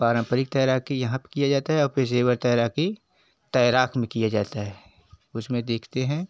पारंपरिक तैराकी यहाँ पर किया जाता है और पेशेवर तैराकी तैराक में किया जाता है उसमें देखते हैं